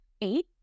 eight